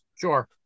Sure